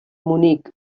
munic